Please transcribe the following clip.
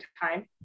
time